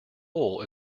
hole